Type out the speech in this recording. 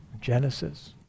Genesis